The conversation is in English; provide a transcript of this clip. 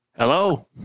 Hello